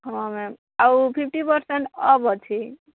ହଁ ମ୍ୟାମ୍ ଆଉ fifty percent off ଅଛି